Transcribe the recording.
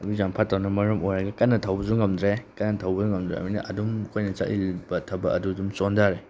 ꯂꯝꯕꯤꯁꯨ ꯌꯥꯝ ꯐꯠꯇꯕꯅ ꯃꯔꯝ ꯑꯣꯏꯔꯒ ꯀꯟꯅ ꯊꯧꯕꯁꯨ ꯉꯝꯗ꯭ꯔꯦ ꯀꯟꯅ ꯊꯧꯕꯁꯨ ꯉꯝꯗ꯭ꯔꯕꯅꯤꯅ ꯑꯗꯨꯝ ꯑꯩꯈꯣꯏꯅ ꯆꯠꯂꯤꯕ ꯊꯕꯛ ꯑꯗꯨ ꯑꯗꯨꯝ ꯆꯣꯟꯊꯔꯦ